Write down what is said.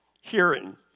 hearing